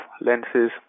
lenses